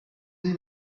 dix